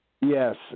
Yes